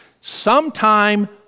sometime